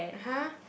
!huh!